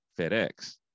FedEx